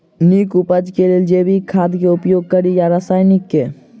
नीक उपज केँ लेल जैविक खाद केँ उपयोग कड़ी या रासायनिक केँ?